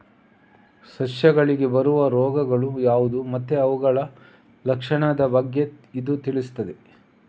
ಸಸ್ಯಗಳಿಗೆ ಬರುವ ರೋಗಗಳು ಯಾವ್ದು ಮತ್ತೆ ಅವುಗಳ ಲಕ್ಷಣದ ಬಗ್ಗೆ ಇದು ತಿಳಿಸ್ತದೆ